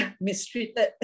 mistreated